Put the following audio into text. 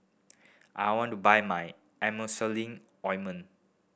I want to buy my Emulsying Ointment